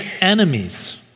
enemies